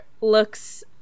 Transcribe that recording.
looks